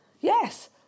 yes